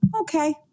okay